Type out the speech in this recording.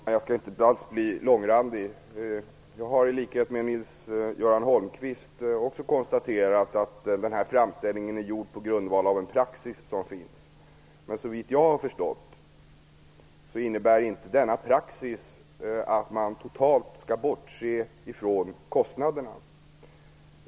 Fru talman! Jag skall inte alls bli långrandig. Jag har i likhet med Nils-Göran Holmqvist konstaterat att framställningen är gjord på grundval av den praxis som finns. Men så vitt jag har förstått innebär inte denna praxis att man skall totalt bortse från kostnaderna.